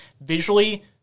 visually